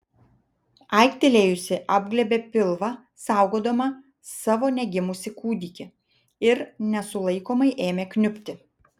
aiktelėjusi apglėbė pilvą saugodama savo negimusį kūdikį ir nesulaikomai ėmė kniubti